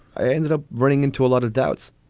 i ended up running into a lot of doubts